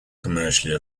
commercially